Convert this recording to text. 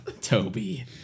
Toby